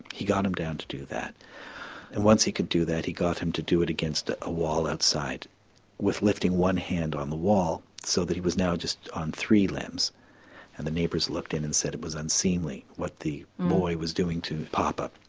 he got him down to do that and once he could do that he got him to do it against a ah wall outside with lifting one hand on the wall so that he was now just on three limbs and the neighbours looked in and said it was unseemly what the boy was doing to his papa.